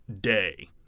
day